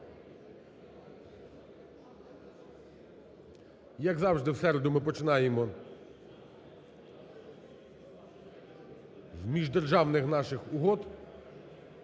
Як завжди в середу ми починаємо з міждержавних наших угод,